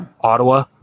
Ottawa